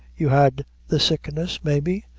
you had the sickness, maybe?